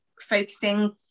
focusing